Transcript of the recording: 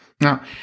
Now